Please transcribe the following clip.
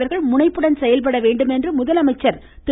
அரசின் முனைப்புடன் செயல்பட வேண்டும் என்று முதலமைச்சர் திரு